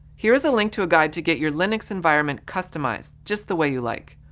here is a link to a guide to get your linux environment customized just the way you like.